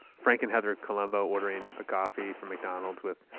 frank and heather colombo ordering a coffee from mcdonald's with.